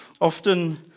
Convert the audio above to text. Often